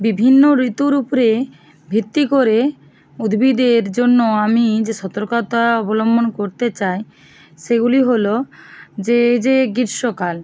বিভিন্ন ঋতুর উপরে ভিত্তি করে উদ্ভিদের জন্য আমি যে সতর্কতা অবলম্বন করতে চাই সেগুলি হলো যে এই যে গ্রীষ্মকাল